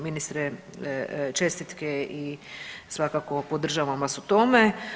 Ministre, čestitke i svakako podržavam vas u tome.